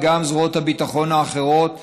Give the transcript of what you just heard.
וגם זרועות הביטחון האחרות,